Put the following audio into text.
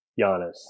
Giannis